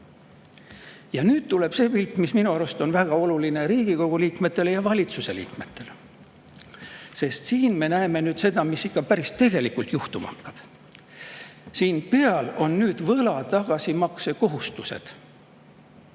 Järgnevalt tuleb see pilt, mis minu arust on väga oluline Riigikogu liikmetele ja valitsuse liikmetele. Siin me näeme seda, mis päriselt juhtuma hakkab. Siin peal on võla tagasimakse kohustused.